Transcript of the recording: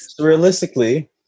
realistically